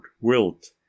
wilt